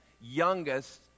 youngest